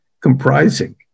comprising